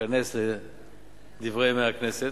שייכנס ל"דברי הכנסת".